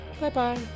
Bye-bye